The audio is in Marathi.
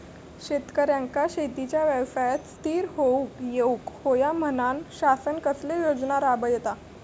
शेतकऱ्यांका शेतीच्या व्यवसायात स्थिर होवुक येऊक होया म्हणान शासन कसले योजना राबयता?